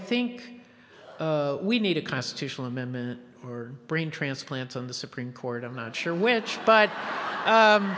think we need a constitutional amendment or brain transplant on the supreme court i'm not sure which but